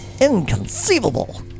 Inconceivable